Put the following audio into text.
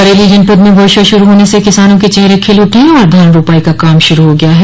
बरेली जनपद में वर्षा शुरू होने से किसानों के चेहरे खिल उठे हैं और धान रोपाई का काम शुरू हो गया है